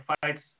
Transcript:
fights